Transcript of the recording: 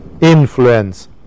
influence